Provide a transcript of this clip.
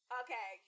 okay